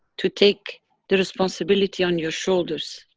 to take the responsibility on your shoulders,